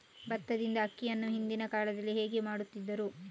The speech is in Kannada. ಭತ್ತದಿಂದ ಅಕ್ಕಿಯನ್ನು ಹಿಂದಿನ ಕಾಲದಲ್ಲಿ ಹೇಗೆ ಮಾಡುತಿದ್ದರು?